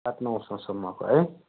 आठ नौ सौसम्मको है